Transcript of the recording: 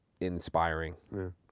inspiring